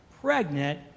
pregnant